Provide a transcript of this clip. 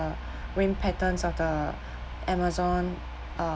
rain patterns of the amazon uh